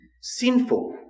sinful